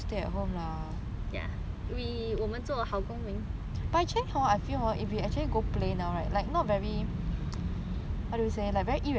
我们做好公民 err